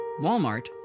Walmart